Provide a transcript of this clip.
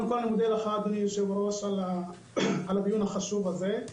אני מודה לך אדוני על הדיון החשוב הזה.